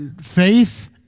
faith